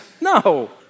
No